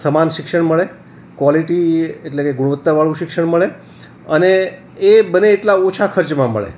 સમાન શિક્ષણ મળે કોલેટી એટલે કે ગુણવત્તાવાળું શિક્ષણ મળે અને એ બને એટલા ઓછા ખર્ચમાં મળે